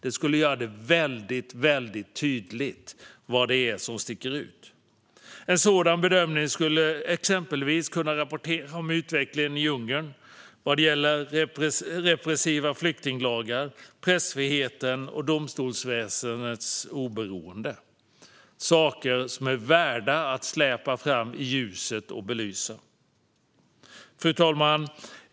Det skulle göra det mycket tydligt vad det är som sticker ut. En sådan bedömning skulle exempelvis kunna handla om utvecklingen i Ungern vad gäller repressiva flyktinglagar, pressfriheten och domstolsväsendets oberoende - saker som är värda att släpa fram i ljuset och belysa. Fru talman!